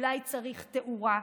אולי צריך תאורה?